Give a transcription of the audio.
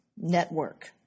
Network